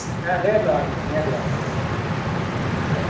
ஆ நேரில் வாங்க சார் நேரில் வாங்க சார் ஓகே தேங்க்யூ